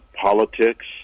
politics